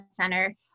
center